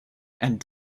and